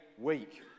week